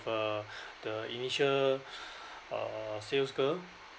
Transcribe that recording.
uh the initial uh sales girl